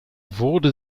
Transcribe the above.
wurde